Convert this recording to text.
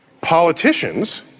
Politicians